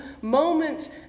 moments